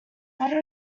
what